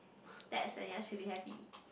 that's a naturally happy